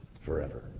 forever